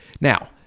now